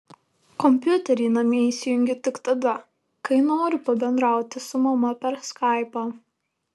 kompiuterį namie įsijungiu tik tada kai noriu pabendrauti su mama per skaipą